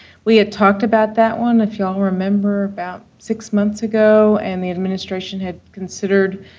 we had talked about that one, if y'all remember, about six months ago, and the administration had considered